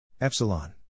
epsilon